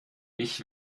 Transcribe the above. ich